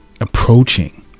approaching